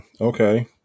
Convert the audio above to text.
okay